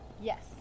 Yes